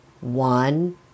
one